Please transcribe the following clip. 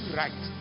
right